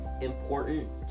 important